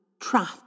trap